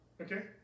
Okay